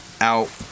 out